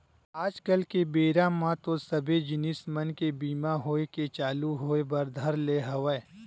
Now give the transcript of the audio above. आज कल के बेरा म तो सबे जिनिस मन के बीमा होय के चालू होय बर धर ले हवय